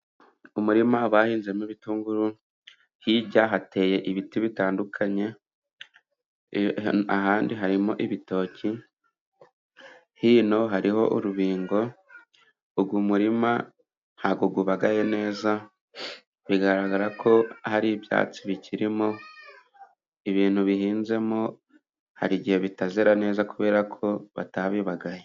Umurima bahinzemo ibitunguru, hirya hateye ibiti bitandukanye, ahandi harimo ibitoki, hino hariho urubingo, uyu murima ntabwo ubagaye neza, bigaragara ko hari ibyatsi bikirimo, ibintu bihinzemo hari igihe bitazera neza, kubera ko batabibagaye.